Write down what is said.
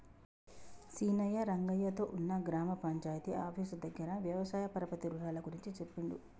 సీనయ్య రంగయ్య తో ఉన్న గ్రామ పంచాయితీ ఆఫీసు దగ్గర వ్యవసాయ పరపతి రుణాల గురించి చెప్పిండు